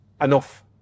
enough